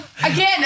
Again